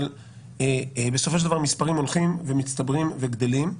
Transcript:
אבל בסופו של דבר המספרים הולכים ומצטברים וגדלים.